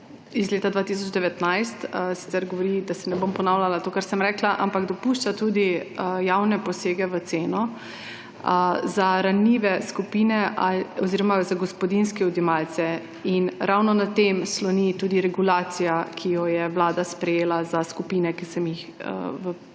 iz leta 2019 sicer govori, da ne bom ponavljala tega, kar sem rekla, ampak dopušča tudi javne posege v ceno za ranljive skupine oziroma za gospodinjske odjemalce. Ravno na tem sloni tudi regulacija, ki jo je vlada sprejela za skupine, ki sem jih v